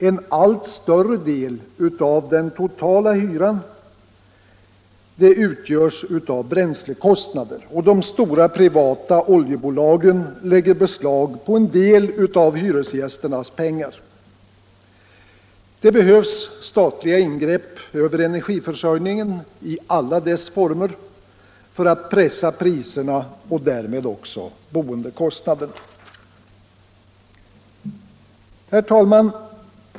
En allt större del av den totala hyran utgörs av bränslekostnader. De stora privata oljebolagen lägger beslag på en del av hyresgästernas pengar. Det behövs statliga ingrepp över energiförsörjningen i alla dess former för att pressa priserna och därmed också boendekostnaderna. Herr talman!